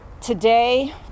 Today